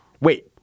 Wait